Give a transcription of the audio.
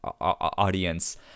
audience